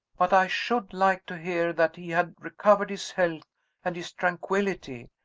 but i should like to hear that he had recovered his health and his tranquillity,